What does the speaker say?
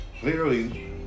Clearly